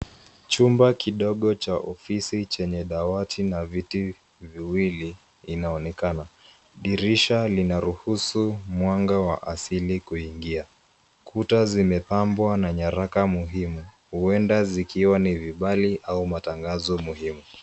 Chumba kidogo cha ofisi chenye dawati na viti viwili inaonekana ,dirisha linaruhusu mwanga wa asili kuingia, kuta zimepambwa na nyaraka muhimu huenda zikiwa ni vibali au matangazo muhimu.